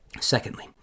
Secondly